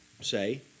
say